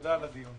תודה על הדיון.